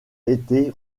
été